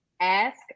ask